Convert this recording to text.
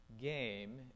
game